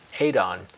Adon